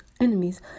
enemies